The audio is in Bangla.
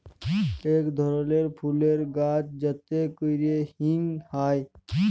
ইক ধরলের ফুলের গাহাচ যাতে ক্যরে হিং হ্যয়